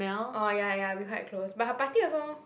oh ya ya we quite close but her party also